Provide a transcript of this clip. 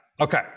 Okay